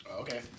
Okay